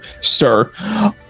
sir